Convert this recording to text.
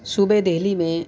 صوبہ دہلی میں